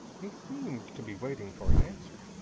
he seemed to be waiting for an answer.